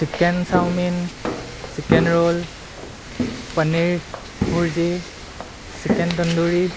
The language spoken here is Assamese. chicken chowmein chicken roll paneer bhurji chicken tandoori